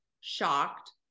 shocked